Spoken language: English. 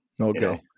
Okay